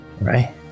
Right